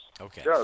Okay